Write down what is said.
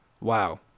wow